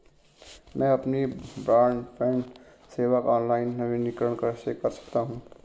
मैं अपनी ब्रॉडबैंड सेवा का ऑनलाइन नवीनीकरण कैसे कर सकता हूं?